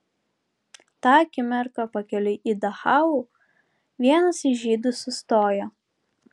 tą akimirką pakeliui į dachau vienas iš žydų sustojo